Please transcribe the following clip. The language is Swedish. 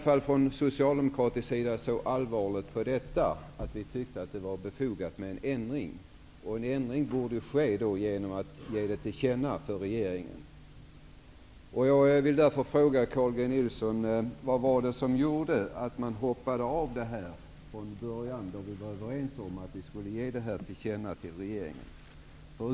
Från socialdemokratisk sida tog vi så allvarligt på detta att vi tyckte att det var befogat med en ändring. En ändring borde ske genom att det här ges regeringen till känna. Jag vill därför fråga Carl G Nilsson: Vad var det som gjorde att man hoppade av? Från början var vi ju överens om att vi skulle ge regeringen det här till känna.